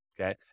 okay